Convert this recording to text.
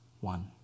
one